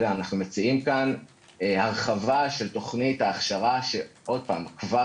אנחנו מציעים כאן הרחבה של תוכנית ההכשרה שכבר